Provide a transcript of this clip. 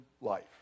life